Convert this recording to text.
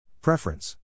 Preference